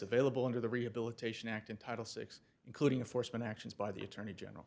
available under the rehabilitation act in title six including foresman actions by the attorney general